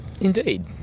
Indeed